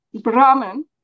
Brahman